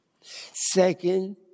Second